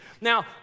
Now